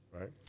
right